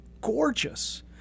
gorgeous